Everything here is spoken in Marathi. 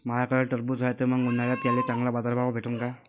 माह्याकडं टरबूज हाये त मंग उन्हाळ्यात त्याले चांगला बाजार भाव भेटन का?